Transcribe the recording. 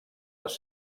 les